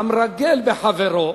המרגל בחברו